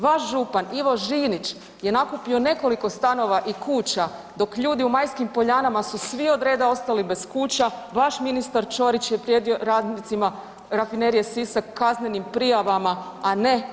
Vaš župan Ivo Žinić je nakupio nekoliko stanova i kuća dok ljudi u Majskim Poljanama su svi od reda ostali bez kuća, vaš ministar Ćorić je prijetio radnicima Rafinerije Sisak kaznenim prijavama, a ne oporba.